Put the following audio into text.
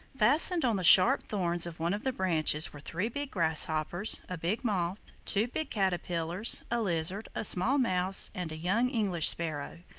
fastened on the sharp thorns of one of the branches were three big grasshoppers, a big moth, two big caterpillars, a lizard, a small mouse and a young english sparrow.